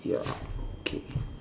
ya okay